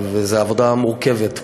זו עבודה מורכבת,